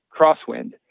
crosswind